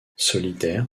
solitaire